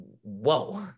Whoa